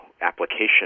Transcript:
application